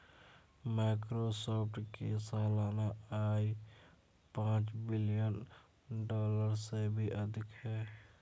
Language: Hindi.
माइक्रोसॉफ्ट की सालाना आय पांच बिलियन डॉलर से भी अधिक है